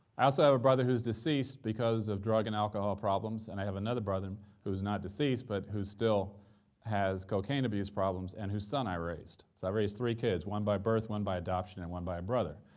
i also have a brother who's deceased because of drug and alcohol problems, and i have another brother who is not deceased but who still has cocaine abuse problems and whose son i raised, so i raised three kids. one by birth, one by adoption, and one by a brother,